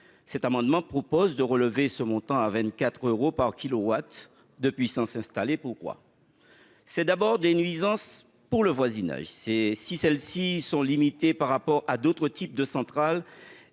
Cet amendement vise à porter ce montant à 24 euros par kilowatt de puissance installée. Pourquoi ? D'abord, les nuisances pour le voisinage, bien que limitées par rapport à d'autres types de centrales,